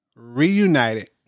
reunited